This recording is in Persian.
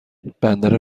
بندر